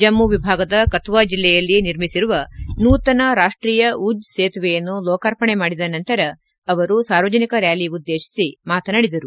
ಜಮ್ಮು ವಿಭಾಗದ ಕತುವಾ ಜಿಲ್ಲೆಯಲ್ಲಿ ನಿರ್ಮಿಸಿರುವ ನೂತನ ರಾಷ್ಟೀಯ ಉಜ್ ಸೇತುವೆಯನ್ನು ಲೋಕಾರ್ಪಣೆ ಮಾಡಿದ ನಂತರ ಅವರು ಸಾರ್ವಜನಿಕ ರ್ಖಾಲಿ ಉದ್ದೇಶಿಸಿ ಮಾತನಾಡಿದರು